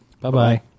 Bye-bye